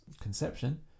conception